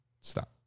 stop